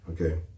Okay